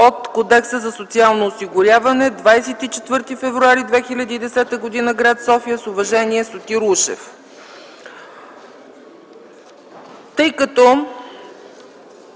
от Кодекса за социално осигуряване. 24 февруари 2010 г., гр. София. С уважение Сотир Ушев.”